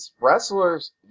wrestlers